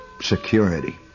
security